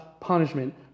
punishment